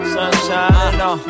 Sunshine